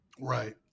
right